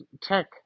tech